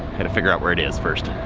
gotta figure out where it is first.